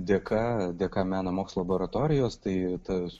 dėka dėka meno mokslo laboratorijos tai tas